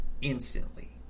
instantly